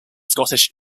scottish